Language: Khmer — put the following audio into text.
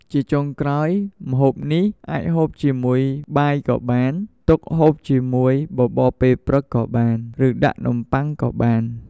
ជាចុងក្រោយម្ហូបនេះអាចហូបជាមួយបាយក៏បាន ទុកហូបជាមួយបបរពេលព្រឹកក៏បាន ឬដាក់នំបុ័ងក៏បាន។